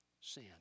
sin